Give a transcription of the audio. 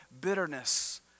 bitterness